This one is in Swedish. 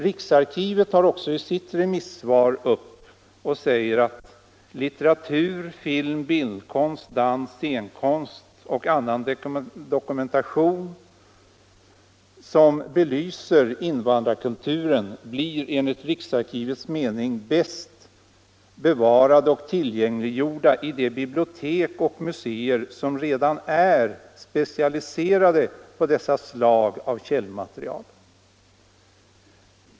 Riksarkivet säger i sitt remissvar att litteratur, film, bildkonst, dans, scenkonst och annan dokumentation som belyser invandrarkulturen enligt dess mening bäst bevaras och tillgängliggörs i de bibliotek och museer som redan är specialiserade på dessa slag av källmaterial.